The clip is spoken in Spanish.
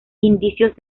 indicios